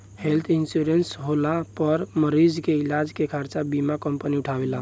health insurance होला पर मरीज के इलाज के खर्चा बीमा कंपनी उठावेले